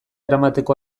eramateko